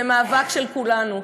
זה מאבק של כולנו,